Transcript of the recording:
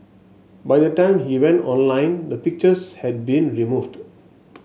by the time he went online the pictures had been removed